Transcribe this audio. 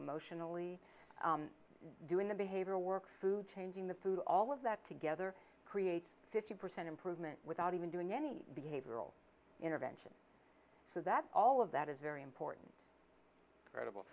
emotionally doing the behavior work food changing the food all of that together create a fifty percent improvement without even doing any behavioral intervention so that all of that is very important credible